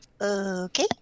Okay